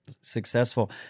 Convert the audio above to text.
successful